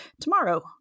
tomorrow